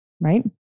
Right